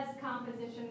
composition